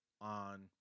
on